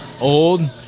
Old